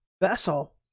vessel